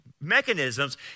mechanisms